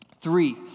Three